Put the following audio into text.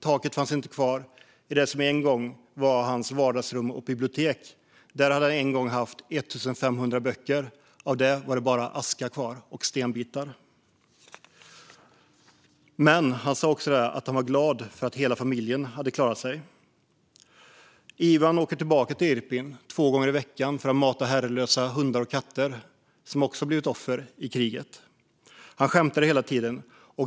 Taket fanns inte kvar i det som en gång var hans vardagsrum och bibliotek. Där hade han en gång haft 1 500 böcker. Av detta var det bara aska och stenbitar kvar. Men han sa också att han var glad för att hela familjen hade klarat sig. Ivan åker tillbaka till Irpin två gånger i veckan för att mata herrelösa hundar och katter, som också blivit offer i kriget. Han skämtar hela tiden.